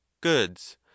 goods